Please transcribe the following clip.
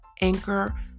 Anchor